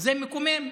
וזה מקומם.